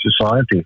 society